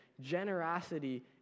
Generosity